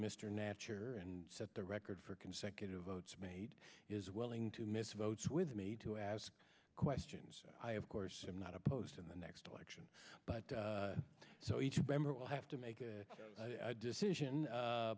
mr natur and set the record for consecutive votes made is willing to miss votes with me to ask questions i of course i'm not opposed in the next election but so each member will have to make a decision